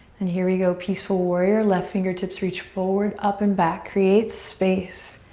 and here we go. peaceful warrior, left fingertips reach forward up and back. create space.